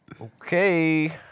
Okay